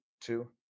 two